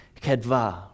kedva